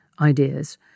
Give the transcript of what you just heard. ideas